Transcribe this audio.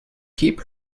keep